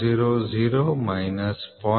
000 minus 0